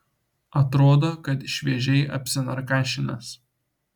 atrodo kad šviežiai apsinarkašinęs